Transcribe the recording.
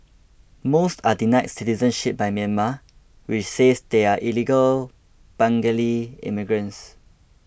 most are denied citizenship by Myanmar which says they are illegal Bengali immigrants